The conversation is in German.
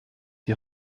die